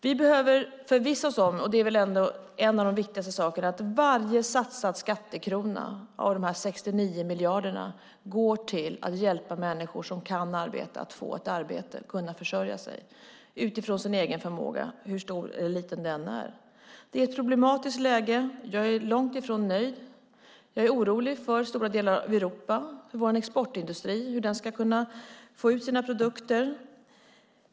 Vi behöver förvissa oss om - det är väl en av de viktigaste sakerna - att varje satsad skattekrona av de här 69 miljarderna går till att hjälpa människor som kan arbeta att få ett arbete, så att de kan försörja sig, utifrån sin egen förmåga, hur stor eller liten den än är. Det är ett problematiskt läge. Jag är långt ifrån nöjd. Jag är orolig för stora delar av Europa, för vår exportindustri, hur den ska kunna få ut sina produkter.